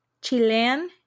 Chilean